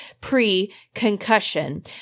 pre-concussion